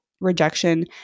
rejection